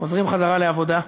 חוזרים לעבודה.